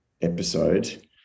episode